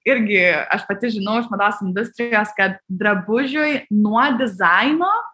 irgi aš pati žinau iš mados industrijos kad drabužiui nuo dizaino